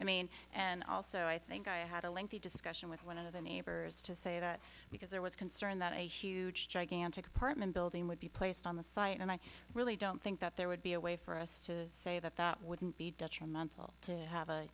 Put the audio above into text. i mean and also i think i had a lengthy discussion with one of the neighbors to say that because there was concern that a huge gigantic apartment building would be placed on the site and i really don't think that there would be a way for us to say that that wouldn't be detrimental to have a